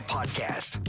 Podcast